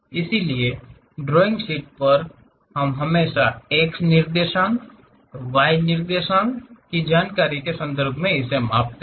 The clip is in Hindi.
इसलिए ड्राइंग शीट पर हम हमेशा x निर्देशांक y निर्देशांक जानकारी के संदर्भ में मापते हैं